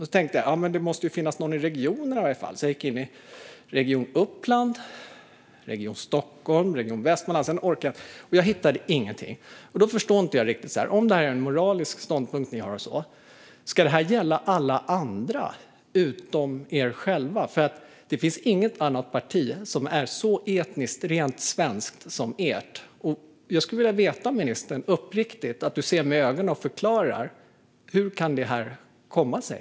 Då tänkte jag att det i alla fall måste finnas någon i regionerna och gick in och tittade på Region Uppsala, Region Stockholm och Region Västmanland; sedan orkade jag inte mer. Jag hittade ingenting. Jag förstår inte riktigt. Om det är en moralisk ståndpunkt som ni har, ska den gälla alla andra utom er själva? Det finns inget annat parti som är så etniskt rent svenskt som ert parti är. Jag skulle vilja få ett uppriktigt svar och att du ser mig i ögonen och förklarar hur det här kan komma sig.